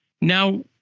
Now